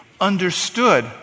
understood